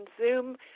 Zoom